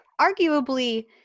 arguably